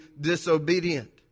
disobedient